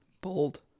Bold